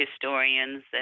historians